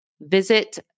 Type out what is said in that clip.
visit